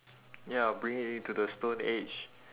ya bring it into the stone age